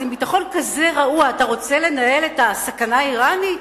אז עם ביטחון כזה רעוע אתה רוצה לנהל את הסכנה האירנית?